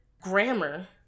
grammar